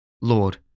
Lord